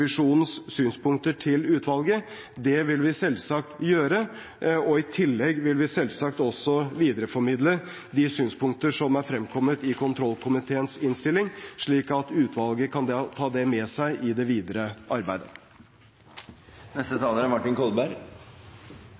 vil vi selvsagt gjøre, og i tillegg vil vi selvsagt også videreformidle de synspunkter som er fremkommet i kontrollkomiteens innstilling, slik at utvalget kan ta det med seg i det videre arbeidet. Som det tydelig framgår, er